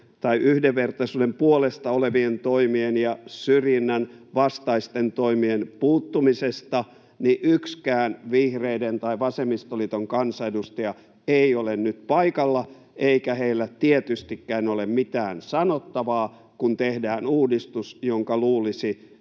yhdenvertaisuuden puolesta olevien toimien ja syrjinnän vastaisten toimien puuttumisesta. Yksikään vihreiden tai vasemmistoliiton kansanedustaja ei ole nyt paikalla, eikä heillä tietystikään ole mitään sanottavaa, kun tehdään uudistus, jonka luulisi